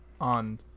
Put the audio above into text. on